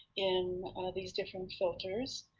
in these different filters.